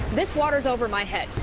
this water's over my head.